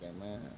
man